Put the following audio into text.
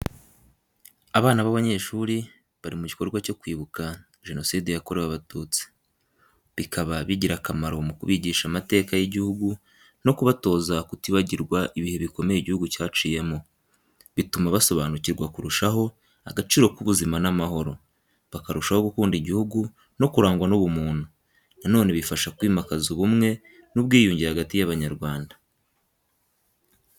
Abana b’abanyeshuri bari mu gikorwa cyo kwibuka Jenoside yakorewe Abatutsi, bikaba bigira akamaro mu kubigisha amateka y’igihugu no kubatoza kutibagirwa ibihe bikomeye igihugu cyaciyemo. Bituma basobanukirwa kurushaho agaciro k’ubuzima n’amahoro, bakarushaho gukunda igihugu no kurangwa n’ubumuntu. Na none bifasha kwimakaza ubumwe n’ubwiyunge hagati y’abanyarwanda.